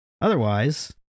Otherwise